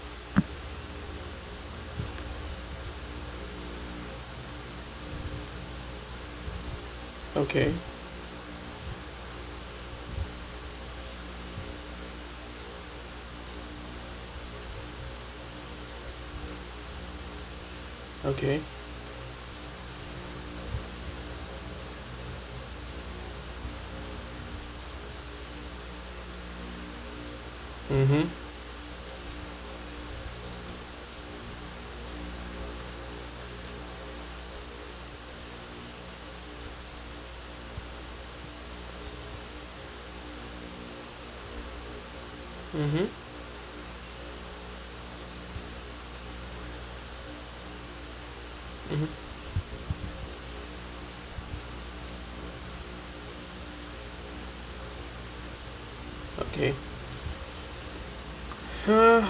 okay okay mmhmm mmhmm mm okay